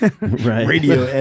Radio